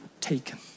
taken